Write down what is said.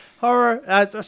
horror